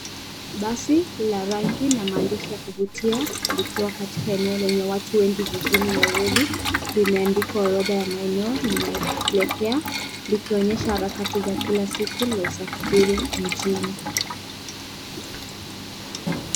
Basi la rangi na maandishi ya kuvutia, likiwa katika eneo lenye watu wengi jijini Nairobi. Limeandikwa orodha ya maeneo linaelekea likionyesha harakati za kila siku za usafiri mjini.